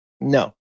No